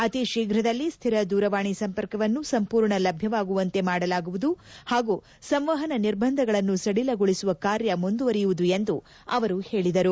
ಅತಿ ಶೀಘ್ರದಲ್ಲಿ ಸ್ಟಿರ ದೂರವಾಣಿ ಸಂಪರ್ಕವನ್ನು ಸಂಪೂರ್ಣ ಲಭ್ಲವಾಗುವಂತೆ ಮಾಡಲಾಗುವುದು ಹಾಗೂ ಸಂವಹನ ನಿರ್ಬಂಧಗಳನ್ನು ಸಡಿಲಗೊಳಿಸುವ ಕಾರ್ಯ ಮುಂದುವರಿಯುವುದು ಎಂದು ಅವರು ಹೇಳಿದರು